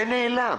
זה נעלם,